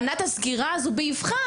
מנע את הסגירה הזו באבחה,